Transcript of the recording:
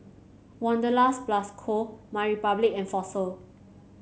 Wanderlust Plus Co MyRepublic and Fossil